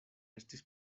estis